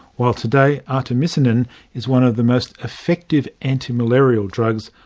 while today artemisinin is one of the most effective anti-malarial drugs,